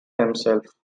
themselves